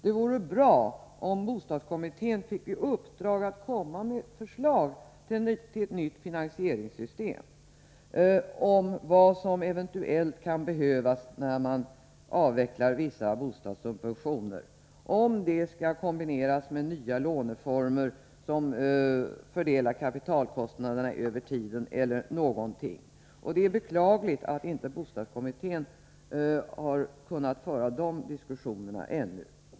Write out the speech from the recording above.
Det vore bra om bostadskommittén fick i uppdrag att komma med förslag till ett nytt finansieringssystem, vad som eventuellt kan behövas om vi avvecklar vissa bostadssubventioner — om detta skall kombineras med nya låneformer som Nr 99 fördelar kapitalkostnaderna över tiden eller något annat. Torsdagen den Det är beklagligt att bostadskommittén ännu inte har kunnat föra dessa 15 mars 1984 diskussioner.